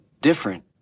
different